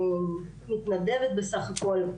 אני מתנדבת בסך הכול,